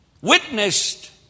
witnessed